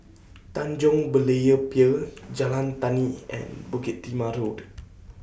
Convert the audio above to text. Tanjong Berlayer Pier Jalan Tani and Bukit Timah Road